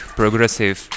progressive